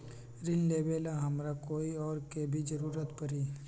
ऋन लेबेला हमरा कोई और के भी जरूरत परी?